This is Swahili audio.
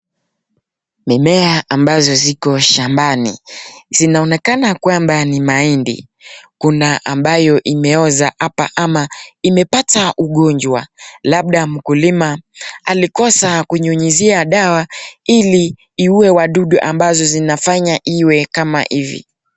Mimea ambazo ziko shambani, zinaonekana kwamba NI mahindi kuna ambayo imeoza apa ama imepata ugonjwa, labda mkulima alikosa kunyunyuzia dawa iliiue wadudu ambazo zinafanya iwe kama hivi.